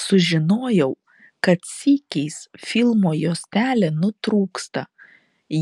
sužinojau kad sykiais filmo juostelė nutrūksta